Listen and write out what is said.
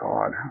God